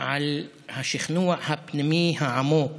על השכנוע הפנימי העמוק